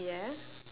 yeah